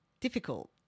difficult